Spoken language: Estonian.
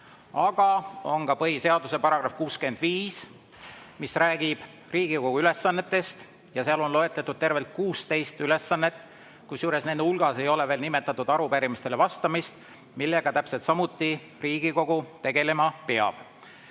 Aga on ka põhiseaduse § 65, mis räägib Riigikogu ülesannetest ja seal on loetletud tervelt 16 ülesannet – kusjuures nende hulgas ei ole nimetatud arupärimistele vastamist –, millega Riigikogu täpselt samuti peab tegelema.